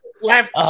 left